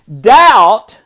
Doubt